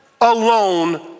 alone